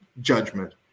judgment